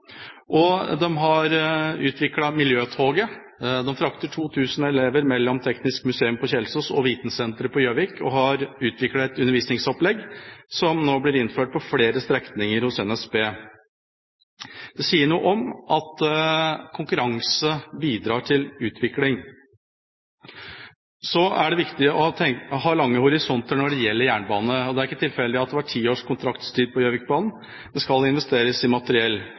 og de har utviklet Miljøtoget. De frakter 2 000 elever mellom Teknisk Museum på Kjelsås og Vitensenteret på Gjøvik og har utviklet et undervisningsopplegg som nå blir innført på flere strekninger hos NSB. Det sier noe om at konkurranse bidrar til utvikling. Så er det viktig å ha en lang horisont når det gjelder jernbane, og det er ikke tilfeldig at det var ti års kontraktstid på Gjøvikbanen – det skal investeres i materiell.